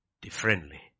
differently